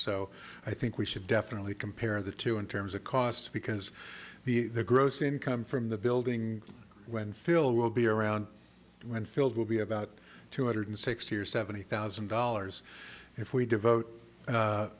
so i think we should definitely compare the two in terms of cost because the gross income from the building when phil will be around when filled will be about two hundred sixty or seventy thousand dollars if we devote